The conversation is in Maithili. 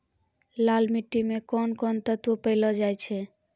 लाल मिट्टी मे कोंन कोंन तत्व पैलो जाय छै?